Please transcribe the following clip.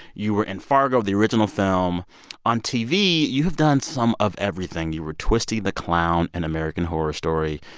you were in fargo, the original film on tv, you have done some of everything. you were twisty the clown in american horror story.